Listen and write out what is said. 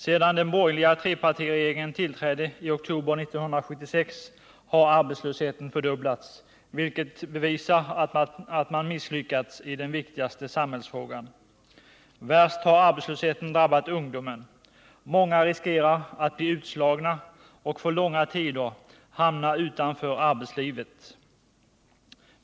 Sedan den borgerliga trepartiregeringen tillträdde i oktober 1976 har arbetslösheten fördubblats, vilket bevisar att man misslyckats i den viktigaste samhällsfrågan. Värst har arbetslösheten drabbat ungdomen. Många riskerar att bli utslagna och för långa tider hamna utanför arbetslivet.